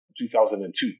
2002